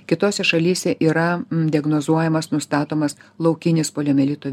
kitose šalyse yra diagnozuojamas nustatomas laukinis poliomielito